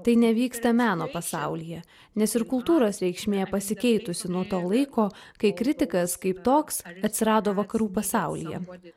tai nevyksta meno pasaulyje nes ir kultūros reikšmė pasikeitusi nuo to laiko kai kritikas kaip toks atsirado vakarų pasaulyje